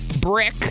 Brick